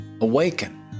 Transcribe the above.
awaken